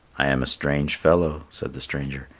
i am a strange fellow, said the stranger,